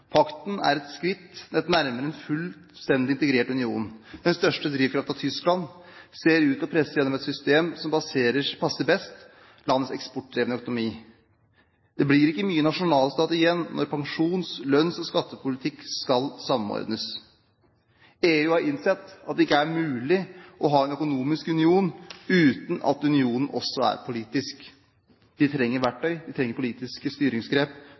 Pakten er et skritt nærmere en fullstendig integrert union. Den største drivkraften er Tyskland, som ser ut til å presse igjennom et system som passer best landets eksportdrevne økonomi. Det blir ikke mye nasjonalstat igjen når pensjons-, lønns- og skattepolitikk skal samordnes. EU har innsett at det ikke er mulig å ha en økonomisk union uten at unionen også er politisk. De trenger verktøy, de trenger politiske styringsgrep